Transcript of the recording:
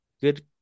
good